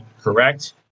correct